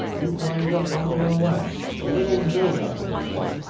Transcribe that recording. you climbed up onto her lap, a little know-nothing thing,